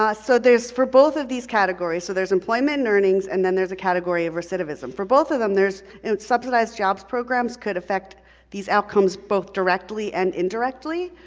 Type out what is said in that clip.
ah so there's for both of these categories, so there's employment earnings, and then there's a category of recidivism, for both of them, and subsidized jobs programs could effect these outcomes, both directly and indirectly.